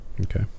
okay